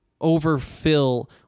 overfill